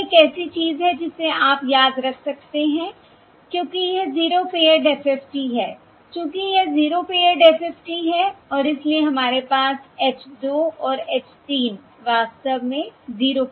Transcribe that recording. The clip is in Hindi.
और यह एक ऐसी चीज है जिसे आप याद रख सकते हैं क्योंकि यह 0 पेअर्ड FFT है चूँकि यह 0 पेअर्ड FFT है और इसलिए हमारे पास h 2 और h 3 वास्तव में 0 हैं